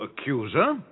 accuser